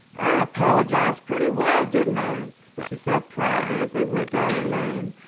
i apologized pretty well, didn't i? she said proudly as they went down the lane.